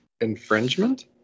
Infringement